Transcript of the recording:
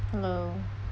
hello